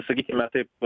sakykime taip